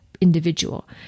Individual